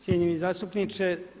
Cijenjeni zastupniče.